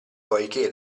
poiché